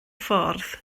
ffordd